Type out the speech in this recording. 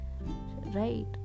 Right